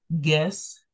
guess